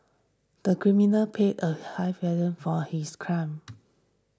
the criminal paid a high for his crime